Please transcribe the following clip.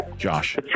Josh